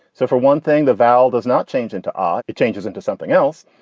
so for one thing, the vowel does not change into. um it changes into something else.